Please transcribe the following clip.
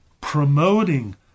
promoting